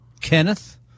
Kenneth